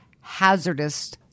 hazardous